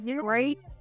Great